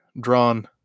drawn